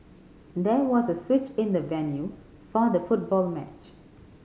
there was a switch in the venue for the football match